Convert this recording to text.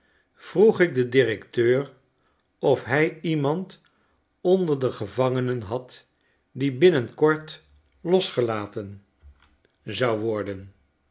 vroeg ik den directeur of hij iemandonder de gevangenen had die binnenkort losgelaten zou worden